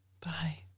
Bye